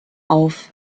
auf